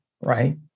right